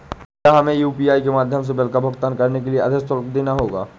क्या हमें यू.पी.आई के माध्यम से बिल का भुगतान करने के लिए अधिक शुल्क देना होगा?